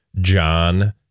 John